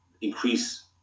increase